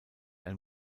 ein